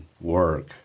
work